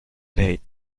late